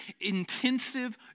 intensive